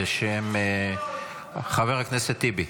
בשם חבר הכנסת טיבי.